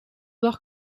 dag